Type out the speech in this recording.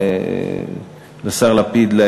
לשר לפיד,